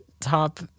top